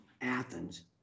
Athens